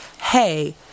hey